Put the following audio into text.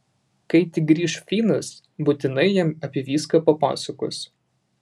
kai tik grįš finas būtinai jam apie viską papasakos